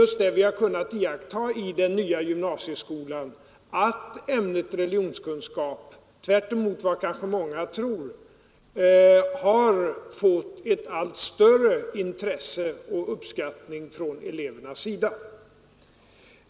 Vi har också i den nya gymnasieskolan kunnat iaktta att ämnet religionskunskap, tvärtemot vad många kanske tror, har rönt ett allt större intresse hos eleverna.